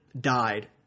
died